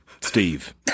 Steve